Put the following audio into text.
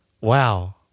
Wow